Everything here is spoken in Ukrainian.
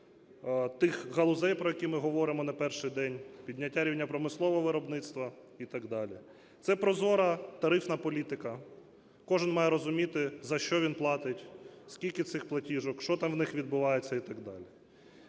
тих галузей, про які ми говоримо не перший день, підняття рівня промислового виробництва і так далі. Це прозора тарифна політика, кожен має розуміти за що він платить, скільки цих платіжок, що там в них відбивається і так далі.